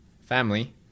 family